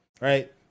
right